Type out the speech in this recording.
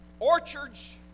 Orchards